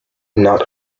not